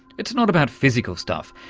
it's not about physical stuff,